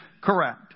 correct